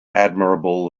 admirable